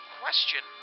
question